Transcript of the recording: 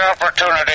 opportunity